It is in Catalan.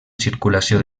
circulació